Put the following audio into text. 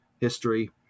history